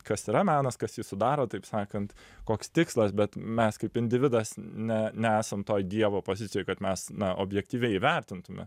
kas yra menas kas jį sudaro taip sakant koks tikslas bet mes kaip individas ne nesam toj dievo pozicijoj kad mes na objektyviai įvertintume